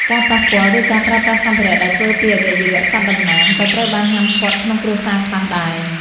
ការប៉ះពាល់ ឬការប្រើប្រាស់សម្ភារៈដែលធ្វើពីអវយវៈសត្វតំណាង ក៏ត្រូវបានហាមឃាត់ក្នុងគ្រួសារខ្លះដែរ។